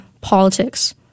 politics